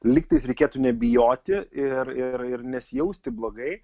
lygtais reikėtų nebijoti ir ir ir nesijausti blogai